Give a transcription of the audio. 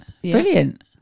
Brilliant